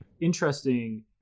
interesting